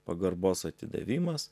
pagarbos atidavimas